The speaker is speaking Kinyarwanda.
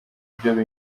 byo